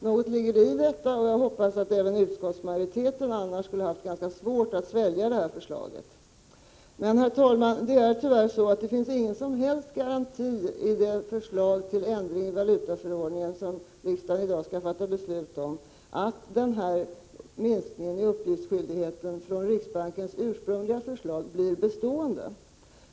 Något ligger det i detta, och jag förmodar att utskottsmajoriteten annars skulle ha haft ganska svårt att svälja det här förslaget. Men, herr talman, det är tyvärr så att det förslag till ändring av valutaförordningen som riksdagen i dag skall fatta beslut om inte ger någon som helst garanti för att minskningen i uppgiftsskyldigheten i förhållande till riksbankens ursprungliga förslag blir bestående.